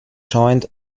joined